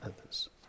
others